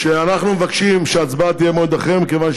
דוד יגיד מהצד מה הם מציעים.